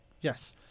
Yes